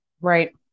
Right